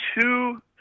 two